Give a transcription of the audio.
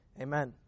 Amen